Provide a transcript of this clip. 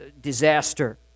disaster